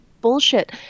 bullshit